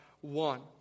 one